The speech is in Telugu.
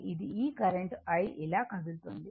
ఇది ఈ కరెంట్ I ఇలా కదులుతోంది